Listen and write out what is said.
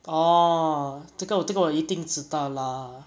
orh 这个我这个我一定知道 lah